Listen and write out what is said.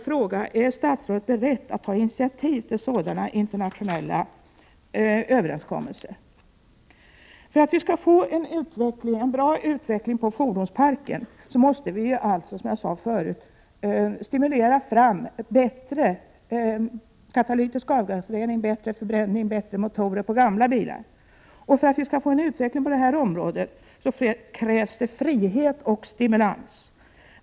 För att vi skall få en bra utveckling när det gäller fordonsparken måste vi, som jag sade förut, stimulera till en bättre katalytisk avgasrening, bättre förbränning och bättre motorer på gamla bilar. Och för att vi skall få en utveckling på detta område krävs det frihet och stimulans.